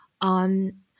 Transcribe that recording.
on